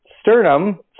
sternum